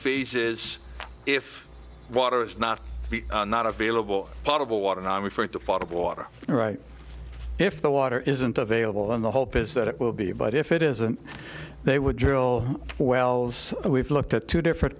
is if water is not not available potable water and i'm afraid to fall out of water right if the water isn't available and the hope is that it will be but if it isn't they would drill wells and we've looked at two different